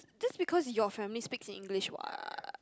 that's because your family speaks in English what